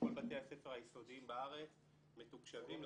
כל בתי הספר היסודיים בארץ מתוקשבים.